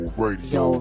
radio